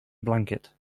blanket